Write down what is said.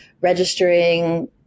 registering